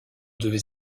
devez